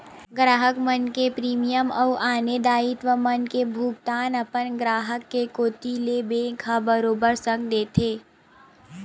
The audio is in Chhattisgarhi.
गराहक मन के प्रीमियम अउ आने दायित्व मन के भुगतान अपन ग्राहक के कोती ले बेंक ह बरोबर संग देथे